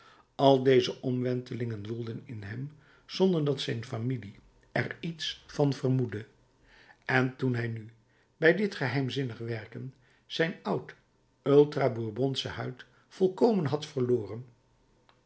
al deze omwentelingen woelden in hem zonder dat zijn familie er iets van vermoedde en toen hij nu bij dit geheimzinnig werken zijn oud ultra bourbonsche huid volkomen had verloren